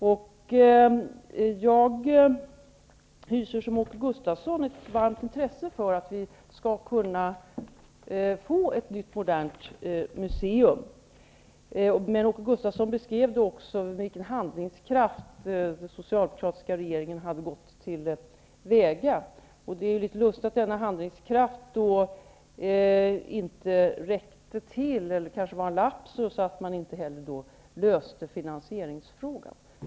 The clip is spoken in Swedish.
Jag hyser liksom Åke Gustavsson ett varmt intresse för att vi skall kunna få ett nytt modernt museum. Men Åke Gustavsson beskrev också med vilken handlingskraft den socialdemokratiska regeringen hade gått till väga. Det är litet lustigt att denna handlingskraft inte räckte till -- eller kanske var det en lapsus -- för att också lösa finansieringsfrågan.